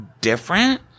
different